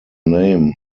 name